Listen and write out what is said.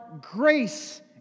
grace